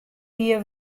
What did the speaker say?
jier